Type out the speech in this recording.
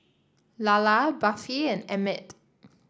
Lalla Buffy and Emmett